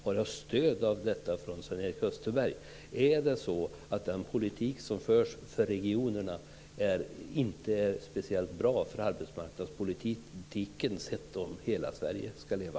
Har jag stöd i detta från Sven-Erik Österberg? Är den politik som förs för regionerna inte speciellt bra för arbetsmarknadspolitiken om hela Sverige ska leva?